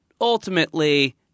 ultimately